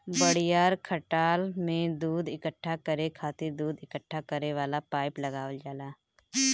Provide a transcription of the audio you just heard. बड़ियार खटाल में दूध इकट्ठा करे खातिर दूध इकट्ठा करे वाला पाइप लगावल जाला